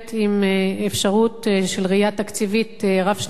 עם אפשרות של ראייה תקציבית רב-שנתית,